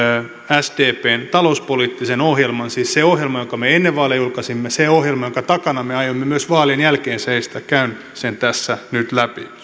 sdpn talouspoliittisen ohjelman siis sen ohjelman jonka me ennen vaaleja julkaisimme sen ohjelman jonka takana me aiomme myös vaalien jälkeen seistä käyn sen tässä nyt läpi se on